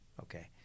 Okay